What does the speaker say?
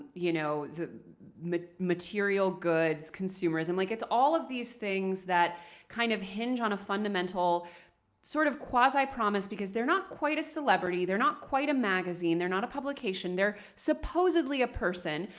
you know the the material goods, consumerism. like it's all of these things that kind of hinge on a fundamental sort of quasi-promise. because they're not quite a celebrity. they're not quite a magazine. they're not a publication. they're supposedly a person.